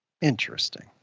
Interesting